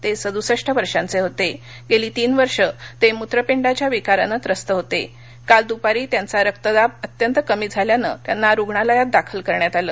तहि वर्षांच झीत आही तीन वर्ष तमित्रपिडाच्या विकारानं त्रस्त होत काल दुपारी त्यांचा रक्तदाब अत्यंत कमी झाल्यानं त्यांना रुग्णालयात दाखल करण्यात आलं